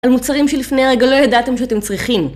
על מוצרים שלפני הרגע לא ידעתם שאתם צריכים